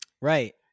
Right